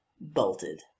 bolted